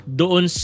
doon